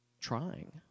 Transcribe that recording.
trying